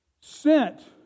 sent